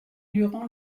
durant